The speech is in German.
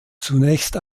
zunächst